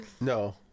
No